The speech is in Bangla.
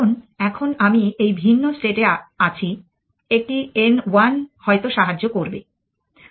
কারণ এখন আমি একটি ভিন্ন স্টেট এ আছি একটি n 1 হয়তো সাহায্য করবে